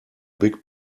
big